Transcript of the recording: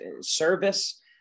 service